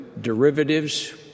derivatives